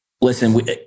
listen